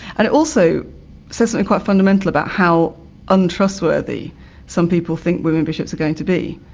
and it also says something quite fundamental about how untrustworthy some people think women bishops are going to be,